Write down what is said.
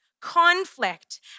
Conflict